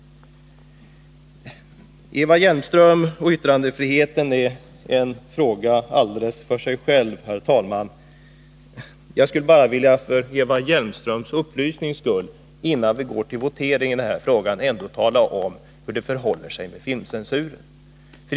Eva Hjelmström och yttrandefriheten är en fråga alldeles för sig själv, herr talman. Innan vi går till votering i den här frågan skulle jag bara för Eva Hjelmströms upplysnings skull vilja tala om hur det förhåller sig med filmcensuren.